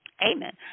Amen